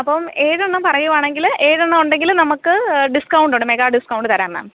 അപ്പം ഏഴ് എണ്ണം പറയുവാണെങ്കിൽ ഏഴ് എണ്ണം ഉണ്ടെങ്കിൽ നമുക്ക് ഡിസ്കൗണ്ട് ഉണ്ട് മെഗാ ഡിസ്കൗണ്ട് തരാം മാം